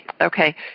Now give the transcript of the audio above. Okay